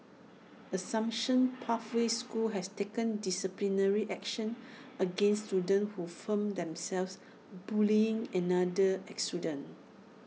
assumption pathway school has taken disciplinary action against students who filmed themselves bullying another student